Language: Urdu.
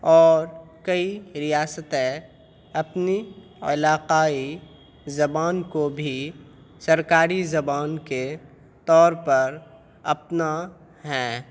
اور کئی ریاستیں اپنی علاقائی زبان کو بھی سرکاری زبان کے طور پر اپنایا ہے